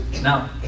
Now